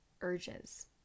urges